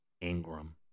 Ingram